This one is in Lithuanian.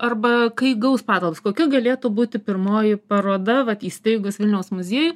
arba kai gaus patalpas kokia galėtų būti pirmoji paroda vat įsteigus vilniaus muziejų